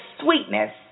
sweetness